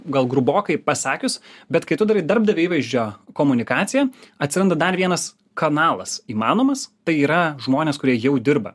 gal grubokai pasakius bet kai tu darai darbdavio įvaizdžio komunikaciją atsiranda dar vienas kanalas įmanomas tai yra žmonės kurie jau dirba